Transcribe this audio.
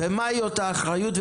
מהי אותה אחריות?